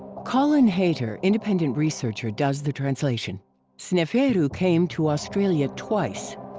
colin hayter, independent researcher, does the translation sneferu came to australia twice.